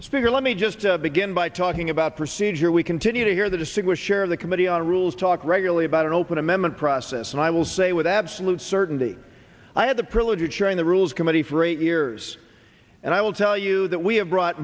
let's figure let me just begin by talking about procedure we continue to hear the distinguished share of the committee on rules talk regularly about an open amendment process and i will say with absolute certainty i had the privilege of sharing the rules committee for eight years and i will tell you that we have brought